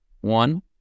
one